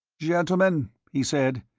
gentlemen, he said,